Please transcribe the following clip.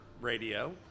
Radio